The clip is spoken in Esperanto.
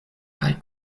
kaj